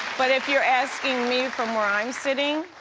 but if you're asking me from where i'm sitting?